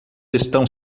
estão